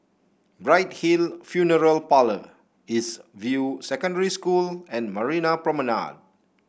Bright Hill Funeral Parlour East View Secondary School and Marina Promenade